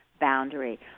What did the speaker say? boundary